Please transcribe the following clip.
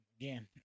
again